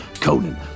Conan